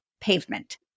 pavement